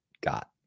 got